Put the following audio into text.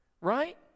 right